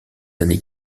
années